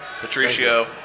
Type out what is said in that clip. Patricio